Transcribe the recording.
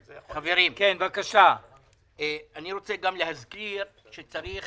חברים, אני רוצה גם להזכיר שצריך